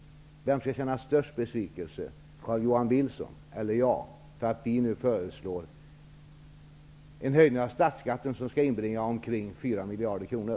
Vem skall känna störst besvikelse, Carl-Johan Wilson eller jag, för att vi nu föreslår en höjning av statsskatten som skulle inbringa omkring 4 miljarder kronor?